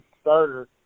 starter